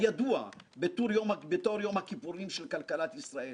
הידוע בתור "יום הכיפורים של כלכלת ישראל".